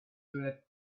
bullet